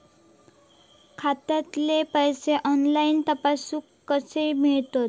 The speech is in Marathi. खात्यातले पैसे ऑनलाइन तपासुक कशे मेलतत?